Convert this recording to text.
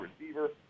receiver